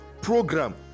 program